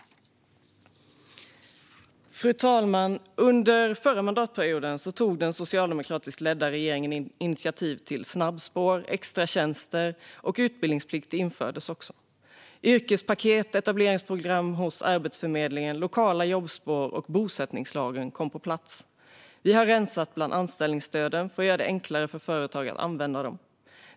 Fru talman! Under förra mandatperioden tog den socialdemokratiskt ledda regeringen initiativ till snabbspår och extratjänster. Utbildningsplikt infördes också. Yrkespaket, etableringsprogram hos Arbetsförmedlingen, lokala jobbspår och bosättningslagen kom på plats. Vi har rensat bland anställningsstöden för att göra det enklare för företag att använda dem.